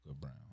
brown